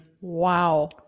Wow